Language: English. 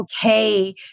okay